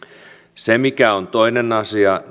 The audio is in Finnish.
se mikä on toinen asia